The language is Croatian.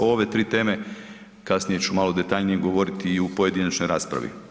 O ove 3 teme kasnije ću malo detaljnije govoriti i u pojedinačnoj raspravi.